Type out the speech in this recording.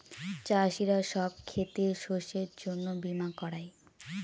চাষীরা সব ক্ষেতের শস্যের জন্য বীমা করায়